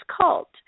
cult